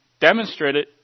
demonstrated